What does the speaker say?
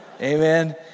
Amen